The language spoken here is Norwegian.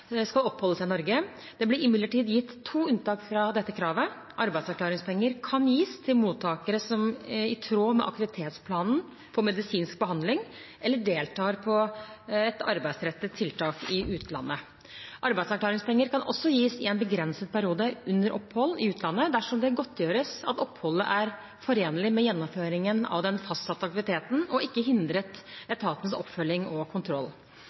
skal oppholde seg i Norge. Det ble imidlertid gitt to unntak fra dette kravet. Arbeidsavklaringspenger kan gis til mottakere som i tråd med aktivitetsplanen får medisinsk behandling eller deltar på et arbeidsrettet tiltak i utlandet. Arbeidsavklaringspenger kan også gis i en begrenset periode under opphold i utlandet dersom det godtgjøres at oppholdet er forenlig med gjennomføringen av den fastsatte aktiviteten og ikke hindrer etatens oppfølging og kontroll.